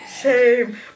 Shame